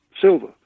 silver